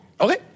Okay